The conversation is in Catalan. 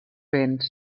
béns